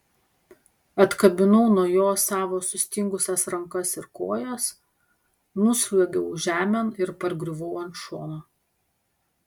atkabinau nuo jo savo sustingusias rankas ir kojas nusliuogiau žemėn ir pargriuvau ant šono